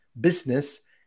business